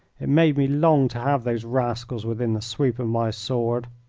it made me long to have these rascals within the sweep of my sword.